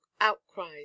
outcries